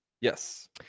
Yes